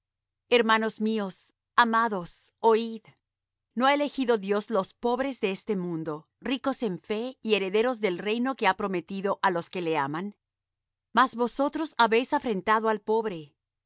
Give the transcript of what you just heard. hermanos míos amados oid no ha elegido dios los pobres de este mundo ricos en fe y herederos del reino que ha prometido á los que le aman mas vosotros habéis afrentado al pobre